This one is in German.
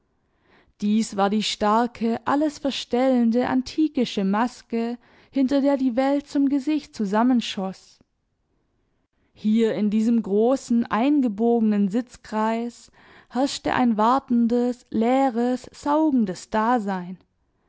dies war die starke alles verstellende antikische maske hinter der die welt zum gesicht zusammenschoß hier in diesem großen eingebogenen sitzkreis herrschte ein wartendes leeres saugendes dasein